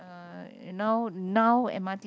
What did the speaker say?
uh now now m_r_t